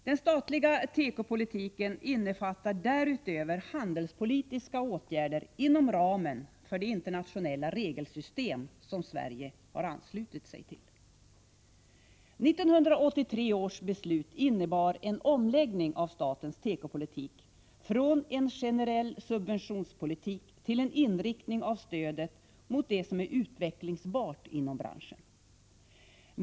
Den statliga tekopolitiken innefattar därutöver handelspolitiska åtgärder inom ramen för det internationella regelsystem som Sverige har anslutit sig till. 1983 års beslut innebar en omläggning av statens tekopolitik från en generell subventionspolitik till en inriktning av stödet mot det som är utvecklingsbart inom branschen.